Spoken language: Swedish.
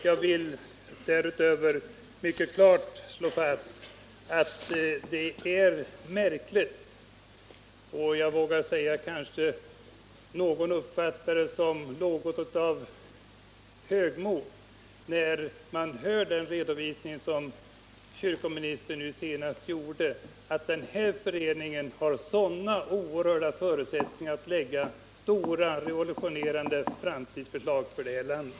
Jag vill därutöver mycket klart slå fast att det är märkligt — kanske vågar jag säga att någon uppfattat det som något av högmod — att få höra den redovisning som kommunministern nu senast lade fram, nämligen att denna regering har sådana oerhört stora förutsättningar att framlägga revolutionerande framtidsförslag för landet.